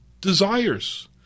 desires